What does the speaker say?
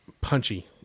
punchy